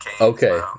okay